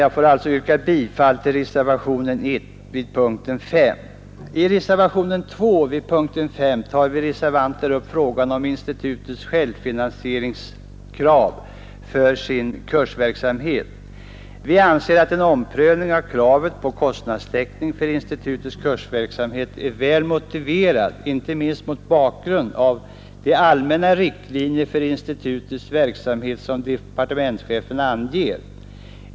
Jag får alltså yrka bifall till reservationen 1 vid punkten I reservationen 2 vid punkten 5 tar vi reservanter upp frågan om självfinansieringskravet för institutets kursverksamhet. Vi anser att en omprövning av kravet på kostnadstäckning för institutets kursverksamhet är väl motiverad, inte minst mot bakgrund av de allmänna riktlinjer för institutets verksamhet som departementschefen anger.